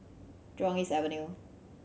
Jurong East Avenue